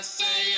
say